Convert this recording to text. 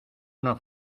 una